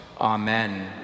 Amen